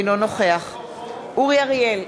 אינו נוכח אורי אריאל,